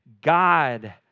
God